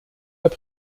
herr